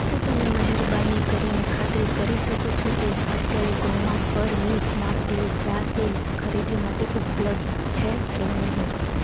શું તમે મહેરબાની કરીને ખાતરી કરી શકો છો કે અત્યારે ક્રોમા પર મી સ્માર્ટ ટીવી ચાર એ ખરીદી માટે ઉપલબ્ધ છે કે નહીં